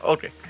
Okay